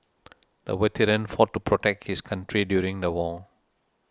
the veteran fought to protect his country during the war